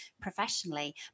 professionally